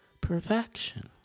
Perfection